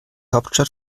hauptstadt